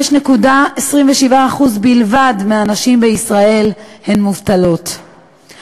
5.27% בלבד מהנשים בישראל מובטלות,